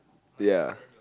ya